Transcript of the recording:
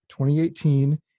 2018